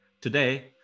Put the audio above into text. Today